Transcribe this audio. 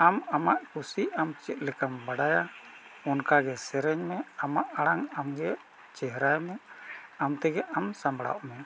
ᱟᱢ ᱟᱢᱟᱜ ᱠᱩᱥᱤ ᱟᱢ ᱪᱮᱫ ᱞᱮᱠᱟᱢ ᱵᱟᱰᱟᱭᱟ ᱚᱱᱠᱟ ᱜᱮ ᱥᱮᱨᱮᱧ ᱢᱮ ᱟᱢᱟᱜ ᱟᱲᱟᱝ ᱟᱢ ᱜᱮ ᱪᱮᱦᱨᱟᱭ ᱢᱮ ᱟᱢ ᱛᱮᱜᱮ ᱟᱢ ᱥᱟᱢᱵᱽᱲᱟᱣᱚᱜ ᱢᱮ